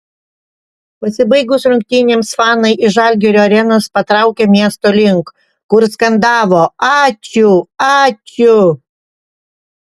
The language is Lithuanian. pasibaigus rungtynėms fanai iš žalgirio arenos patraukė miesto link kur skandavo ačiū ačiū